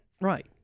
Right